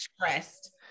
stressed